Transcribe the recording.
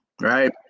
right